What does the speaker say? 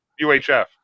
UHF